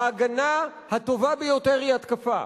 ההגנה הטובה ביותר היא התקפה,